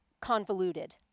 convoluted